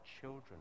children